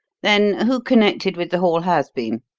then who connected with the hall has been?